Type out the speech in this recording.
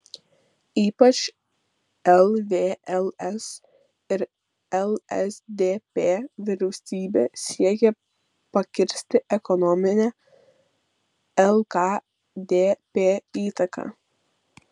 ypač lvls ir lsdp vyriausybė siekė pakirsti ekonominę lkdp įtaką